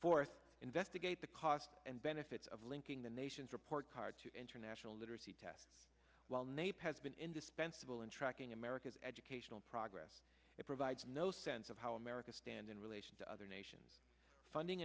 fourth investigate the costs and benefits of linking the nation's report card to international literacy tests while nape has been indispensable in tracking america's educational progress it provides no sense of how america stand in relation to other nations funding